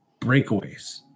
breakaways